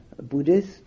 Buddhist